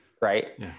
right